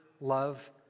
love